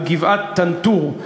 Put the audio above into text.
על גבעת טנטור,